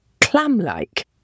clam-like